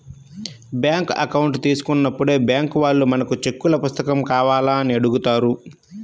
bank account తీసుకున్నప్పుడే bank వాళ్ళు మనకు చెక్కుల పుస్తకం కావాలా అని అడుగుతారు